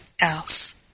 else